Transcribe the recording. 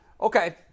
Okay